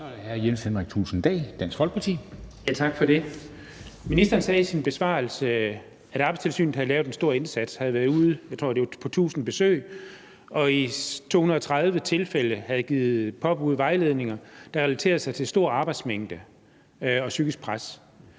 Jens Henrik Thulesen Dahl (DF): Tak for det. Ministeren siger i sin besvarelse, at Arbejdstilsynet har gjort en stor indsats og har været ude på 1.000 besøg, tror jeg det var, og i 230 tilfælde havde givet påbud og vejledninger, der relaterede sig til en for stor arbejdsmængde og psykisk pres.